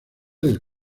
del